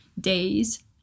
days